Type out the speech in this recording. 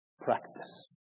practice